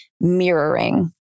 mirroring